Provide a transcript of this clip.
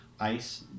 Ice